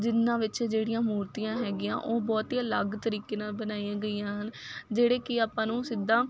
ਜਿਹਨਾਂ ਵਿੱਚ ਜਿਹੜੀਆਂ ਮੂਰਤੀਆਂ ਹੈਗੀਆਂ ਉਹ ਬਹੁਤ ਹੀ ਅਲੱਗ ਤਰੀਕੇ ਨਾਲ ਬਣਾਈਆਂ ਗਈਆਂ ਹਨ ਜਿਹੜੇ ਕਿ ਆਪਾਂ ਨੂੰ ਸਿੱਧਾ